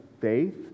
faith